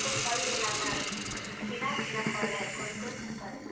हमको फल लेना था केना केना फल है कौन कौन सा फल है